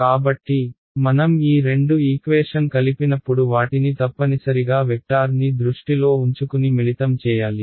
కాబట్టి మనం ఈ రెండు ఈక్వేషన్ కలిపినప్పుడు వాటిని తప్పనిసరిగా వెక్టార్ ని దృష్టిలో ఉంచుకుని మిళితం చేయాలి